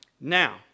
Now